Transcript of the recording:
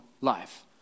life